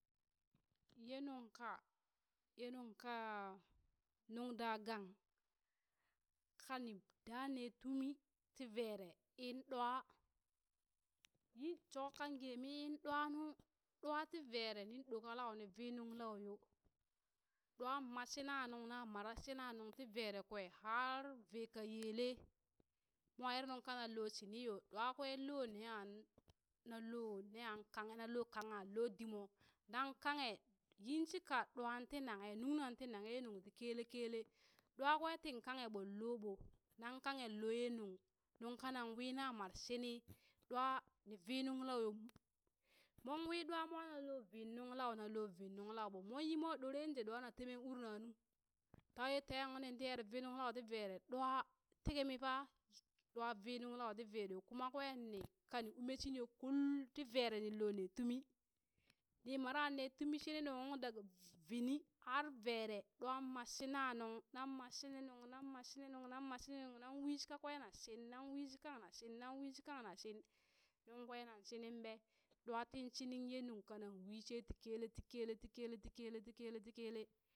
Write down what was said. Ye nung ka ye nung kaa nung daa gang ka ni daa ne tumi ti vere in ɗwa, yin shookan gee miin ɗwa nu, ɗwa ti vere nin lokalau ni vii nunglau yoo, ɗwaŋ ma shina nung na mara shina nung ti vere kwe har vee ka yele mwa er nuŋ ka nan lo shini yo ɗwa kwee lo neya nan loo neya kanghe nan loo kangha loo di mo, nan kanghe yin shika ɗwa ti nanghe nungna ti nanghe ye nung ti kele kele, ɗwa kwe tin kanghe ɓon loo ɓo, naŋ kanghe loo ye nuŋ, nuŋ ka nan wii na mare shini, ɗwa ni vii nuŋ lau yo, mon wii ɗwa mwa nan lo vii nuŋ lau ɓo mon yi mwa ɗore je ɗwa na temeŋ urna nu ta ye tee uŋ nin tii er vi nuŋ lau ti vere ɗwa ti kimi fa ɗwa vii nuŋlau ti vere yo kuma kwen ni kani umme shini yoo kull ti vere nin lo ne tumi ni mara ne tumi shini nuŋ uŋ daga vv bini har vere ɗwa ma shina nuŋ, na ma shini nuŋ na ma shini nuŋ na ma shini nuŋ na wii shi kakwe na shin nang wii shi kang na shin, nan wii shi kang na shin, nuŋ kwe naŋ shiniŋ ɓe, ɗwa tin shini ye nuŋ ka nan wii she ti kele ti kele ti kele ti kele ti kele ti kele,